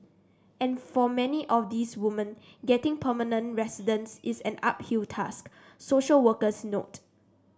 and for many of these woman getting permanent residence is an uphill task social workers note